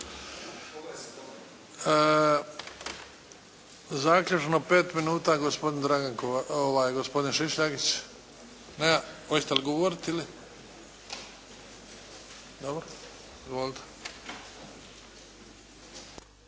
Zaključno pet minuta gospodin Šišljagić. Hoćete li govoriti ili? Dobro. Izvolite.